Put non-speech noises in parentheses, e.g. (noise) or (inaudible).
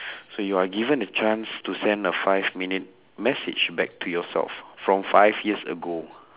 (breath) so you are given a chance to send a five minute message back to yourself from five years ago